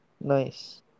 Nice